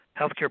healthcare